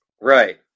Right